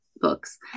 books